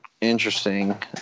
Interesting